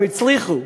הם הצליחו.